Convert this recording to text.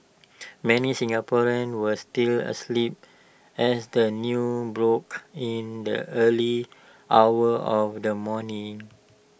many Singaporeans were still asleep as the news broke in the early hours of the morning